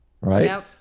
right